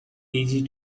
easy